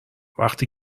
وقتی